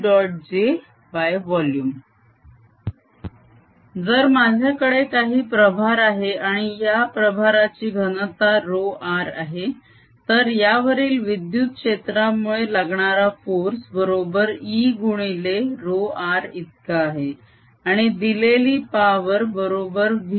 jvolume जर माझ्याकडे काही प्रभार आहे आणि प्रभाराची घनता ρ r आहे तर यावरील विद्युत क्षेत्रामुळे लागणारा फोर्स बरोबर E गुणिले ρ r इतका आहे आणि दिलेली पावर बरोबर v